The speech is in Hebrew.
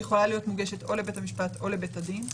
היא יכולה להיות מוגשת או לבית המשפט או לבית הדין.